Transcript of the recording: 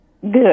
Good